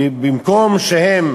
במקום שהם